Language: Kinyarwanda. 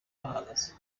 bahagaze